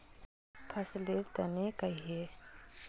फसल लेर तने कहिए?